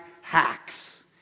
hacks